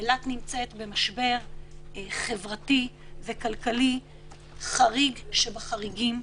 אילת נמצאת במשבר חברתי וכלכלי חריג שבחריגים,